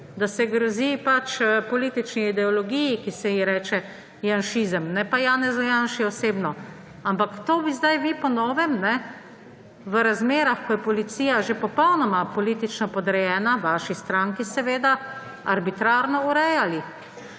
da se grozi politični ideologiji, ki se ji reče janšizem, ne pa Janezu Janši osebno. Ampak to bi zdaj vi po novem v razmerah, ko je policija že popolnoma politično podrejena vaši stranki, arbitrarno urejali.